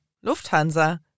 Lufthansa